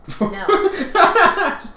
No